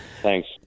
Thanks